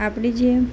આપણી જે